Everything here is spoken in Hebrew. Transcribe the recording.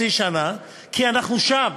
כי אנחנו שם,